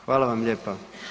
Hvala vam lijepa.